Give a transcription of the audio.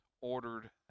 ordered